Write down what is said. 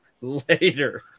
later